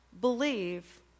believe